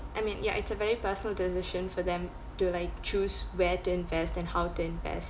I mean ya it's a very personal decision for them to like choose where to invest and how to invest